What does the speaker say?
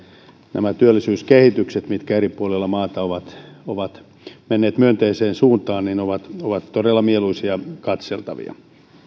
nämä työllisyyskehitykset mitkä eri puolilla maata ovat ovat menneet myönteiseen suuntaan ovat ovat todella mieluisia katseltavia